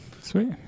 sweet